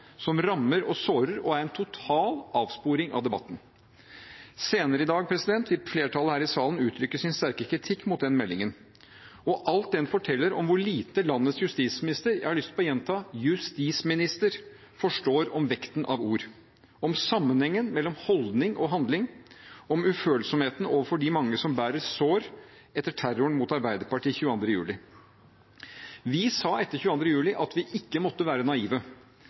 som rammer og sårer og er en total avsporing av debatten. Senere i dag vil flertallet her i salen uttrykke sin sterke kritikk mot denne meldingen og alt den forteller om hvor lite landets justisminister – jeg har lyst til å gjenta: justisminister – forstår om vekten av ord, om sammenhengen mellom holdning og handling, om ufølsomheten overfor de mange som bærer sår etter terroren mot Arbeiderpartiet 22. juli. Vi sa etter 22. juli at vi ikke måtte være naive.